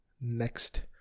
next